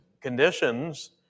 conditions